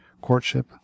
courtship